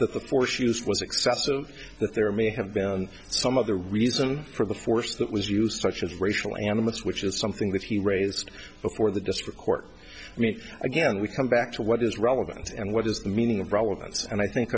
that the force used was excessive that there may have been some of the reason for the force that was used such as racial animus which is something that he raised before the district court i mean again we come back to what is relevant and what is the meaning of problems and i think